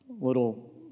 little